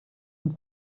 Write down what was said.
und